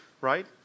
right